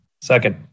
Second